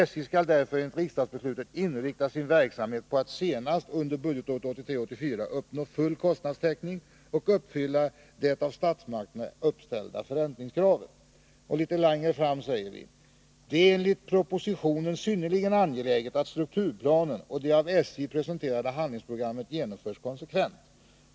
SJ skall därför enligt riksdagsbeslutet inrikta sin verksamhet på att senast under budgetåret 1983/84 uppnå full kostnadstäckning och uppfylla det av statsmakterna uppställda förräntningskravet.” Litet längre fram säger vi: ”Det är enligt propositionen synnerligen angeläget att strukturplanen och det av SJ presenterade handlingsprogrammet genomförs konsekvent.